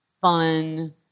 fun